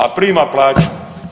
A prima plaću.